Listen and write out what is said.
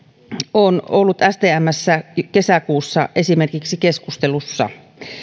on ollut stmssä esimerkiksi kesäkuussa keskustelussa